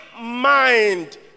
mind